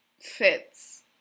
fits